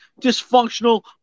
dysfunctional